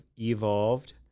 evolved